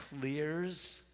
clears